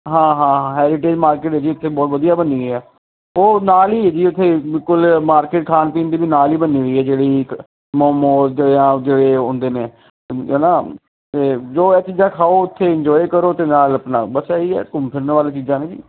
ਹਾਂ ਹਾਂ ਹਾਂ ਹੈਰੀਟੇਜ ਮਾਰਕੀਟ ਜੀ ਇੱਥੇ ਬਹੁਤ ਵਧੀਆ ਬਣੀ ਆ ਉਹ ਨਾਲ ਹੀ ਜੀ ਉੱਥੇ ਬਿਲਕੁਲ ਮਾਰਕੀਟ ਖਾਣ ਪੀਣ ਦੀ ਵੀ ਨਾਲ ਹੀ ਬਣੀ ਹੋਈ ਹੈ ਜਿਹੜੀ ਮੋਮੋਜ਼ ਵਗੈਰਾ ਆਹ ਹੁੰਦੇ ਨੇ ਹੈ ਨਾ ਅਤੇ ਜੋ ਇਹ ਚੀਜ਼ਾਂ ਖਾਓ ਉਥੇ ਇੰਜੋਏ ਕਰੋ ਅਤੇ ਨਾਲ ਆਪਣਾ ਬਸ ਇਹੀ ਹੈ ਘੁੰਮ ਫਿਰਨ ਵੱਲ ਚੀਜ਼ਾਂ ਨੇ ਜੀ